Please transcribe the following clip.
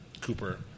Cooper